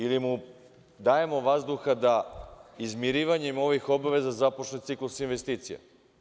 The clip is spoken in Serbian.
Ili mu dajemo vazduha da izmirivanjem ovih obaveza započne ciklus investicija?